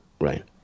right